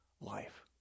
life